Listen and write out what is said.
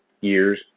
years